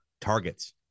targets